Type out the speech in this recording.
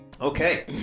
Okay